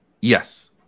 Yes